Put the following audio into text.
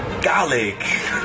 garlic